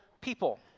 people